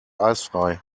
eisfrei